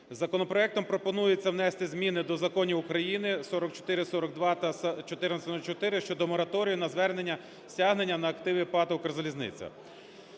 Законопроектом пропонується внести зміни до законів України 4442 та 1404 щодо мораторію на звернення стягнення на активи ПАТ "Укрзалізниця".